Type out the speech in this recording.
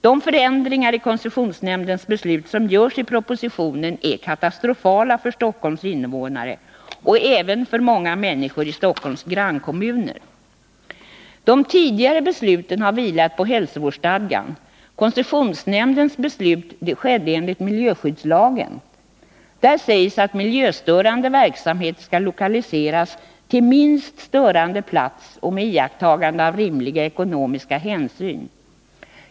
De förändringar i koncessionsnämndens beslut som föreslås i propositionen är katastrofala för Stockholms invånare och även för många människor i Stockholms grannkommuner. De tidigare besluten har vilat på hälsovårdsstadgan. Koncessionsnämndens beslut skedde enligt miljöskyddslagen. Där sägs att miljöstörande verksamhet skall lokaliseras till minst störande plats med iakttagande av rimliga ekonomiska hänsyn.